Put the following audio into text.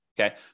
Okay